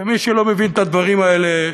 ולמי שלא מבין את הדברים האלה,